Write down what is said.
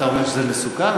אתה אומר שזה מסוכן?